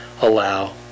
allow